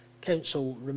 Council